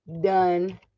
done